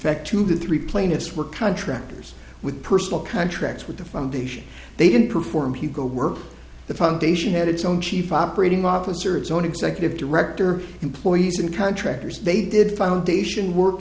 fact to the three plaintiffs were contractors with personal contracts with the foundation they didn't perform hugo work the foundation had its own chief operating officer its own executive director employees and contractors they did foundation work